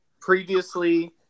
previously